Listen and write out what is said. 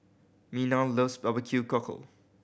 Mina loves barbecue cockle